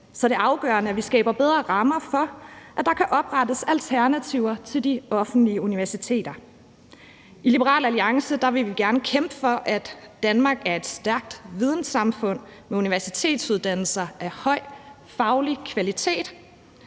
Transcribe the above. er det afgørende, at vi skaber bedre rammer for, at der kan oprettes alternativer til de offentlige universiteter. I Liberal Alliance vil vi gerne kæmpe for, at Danmark er et stærkt videnssamfund med universitetsuddannelser af høj faglig kvalitet.